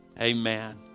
amen